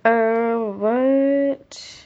uh what